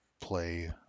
play